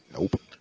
Nope